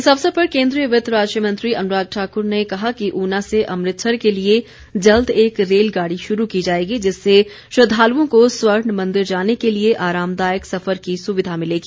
इस अवसर पर केन्द्रीय वित्त राज्य मंत्री अनुराग ठाकुर ने कहा कि ऊना से अमृतसर के लिए जल्द एक रेलगाड़ी शुरू की जाएगी जिससे श्रद्वालुओं को स्वर्ण मंदिर जाने के लिए आरामदायक सफर की सुविधा मिलेगी